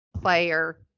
player-